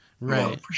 Right